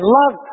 love